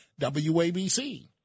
wabc